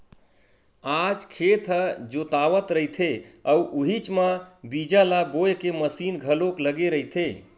आज खेत ह जोतावत रहिथे अउ उहीच म बीजा ल बोए के मसीन घलोक लगे रहिथे